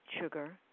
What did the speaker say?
sugar